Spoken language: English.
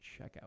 checkout